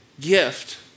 gift